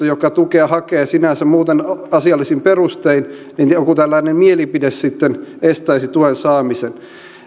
joka tukea hakee sinänsä muuten asiallisin perustein joku tällainen mielipide sitten estäisi tuen saamisen